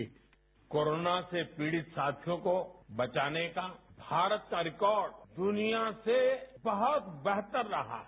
sound bite corona से पीडि़त साथियों को बचाने का भारत का रिकॉर्ड दुनिया से वहत बेहतर रहा है